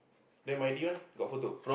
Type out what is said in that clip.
then my D one got photo